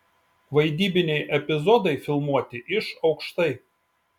vaidybiniai epizodai filmuoti iš aukštai